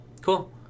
Cool